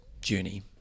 journey